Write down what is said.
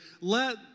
Let